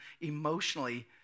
emotionally